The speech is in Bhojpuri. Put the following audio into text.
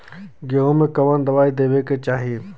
गेहूँ मे कवन दवाई देवे के चाही?